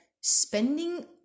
spending